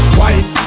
white